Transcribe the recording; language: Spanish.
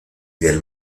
del